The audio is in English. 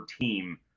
team